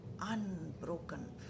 unbroken